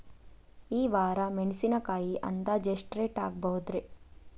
ಈ ವಾರ ಮೆಣಸಿನಕಾಯಿ ಅಂದಾಜ್ ಎಷ್ಟ ರೇಟ್ ಆಗಬಹುದ್ರೇ?